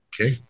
Okay